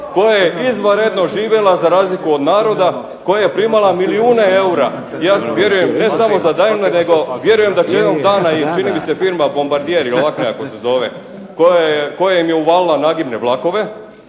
koja je izvanredno živjela za razliku od naroda, koja je primala milijune eura, ja vjerujem ne samo za …/Govornik se ne razumije./… nego vjerujem da će jednog dana i čini mi se firma …/Govornik se ne razumije./… ako se zove koja im je uvalila nagibne vlakove,